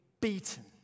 beaten